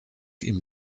ihm